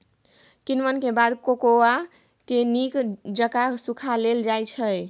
किण्वन के बाद कोकोआ के नीक जकां सुखा लेल जाइ छइ